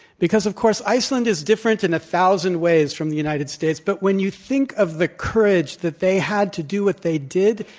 because, of course, iceland is different in a thousand ways from the united states. but when you think of the courage that they had to do what they did,